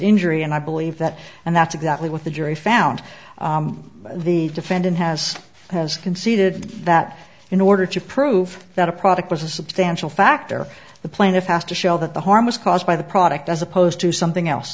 injury and i believe that and that's exactly what the jury found the defendant has has conceded that in order to prove that a product was a substantial factor the plaintiff has to show that the harm was caused by the product as opposed to something else